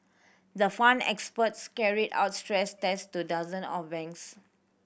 the fund experts carried out stress tests to dozen of banks